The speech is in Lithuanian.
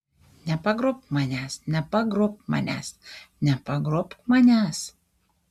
nepagrobk manęs nepagrobk manęs nepagrobk manęs